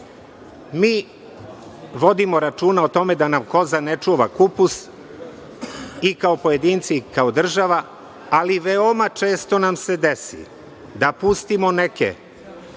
Mi vodimo računa o tome da nam koza ne čuva kupus i kao pojedinci i kao država, ali veoma često nam se desi da pustimo neke